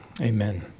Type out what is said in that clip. amen